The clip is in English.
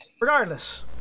Regardless